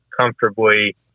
comfortably